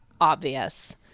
obvious